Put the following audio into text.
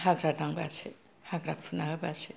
हाग्रा दांबासो हाग्रा फुना होबासो